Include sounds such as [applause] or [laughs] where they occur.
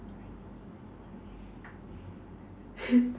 [laughs]